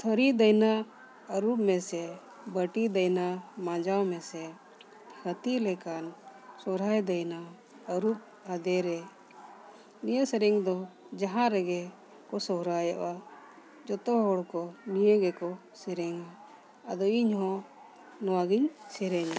ᱛᱷᱟᱹᱨᱤ ᱫᱟᱹᱭᱱᱟ ᱟᱹᱨᱩᱵ ᱢᱮᱥᱮ ᱵᱟᱹᱴᱤ ᱫᱟᱹᱭᱱᱟ ᱢᱟᱡᱟᱣ ᱢᱮᱥᱮ ᱦᱟᱹᱛᱤ ᱞᱮᱠᱟᱱ ᱥᱚᱦᱨᱟᱭ ᱫᱟᱹᱭᱱᱟ ᱟᱹᱨᱩᱵ ᱟᱫᱮᱨᱮ ᱱᱤᱭᱟᱹ ᱥᱮᱨᱮᱧ ᱫᱚ ᱡᱟᱦᱟᱸ ᱨᱮᱜᱮ ᱠᱚ ᱥᱚᱦᱨᱟᱭᱚᱜᱼᱟ ᱡᱚᱛᱚ ᱦᱚᱲ ᱠᱚ ᱱᱤᱭᱟᱹ ᱜᱮᱠᱚ ᱥᱮᱨᱮᱧᱟ ᱟᱫᱚ ᱤᱧ ᱦᱚᱸ ᱱᱚᱣᱟ ᱜᱤᱧ ᱥᱮᱨᱮᱧᱟ